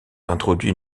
introduit